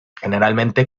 generalmente